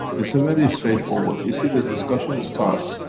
it's a very strange foreword. you see that the discussion starts,